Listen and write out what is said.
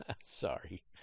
Sorry